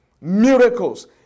miracles